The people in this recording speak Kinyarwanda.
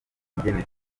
ingene